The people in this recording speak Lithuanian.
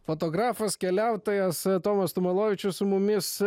fotografas keliautojas tomas tomolovičius su mumis